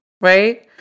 Right